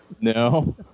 No